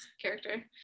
Character